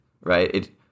right